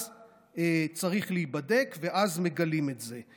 אז צריך להיבדק ואז מגלים את זה.